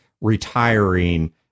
retiring